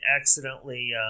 accidentally